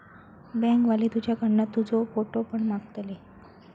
bank वाले तुझ्याकडना तुजो फोटो पण मागतले